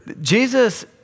Jesus